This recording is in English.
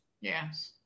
Yes